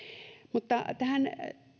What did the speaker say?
tähän